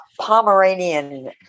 pomeranian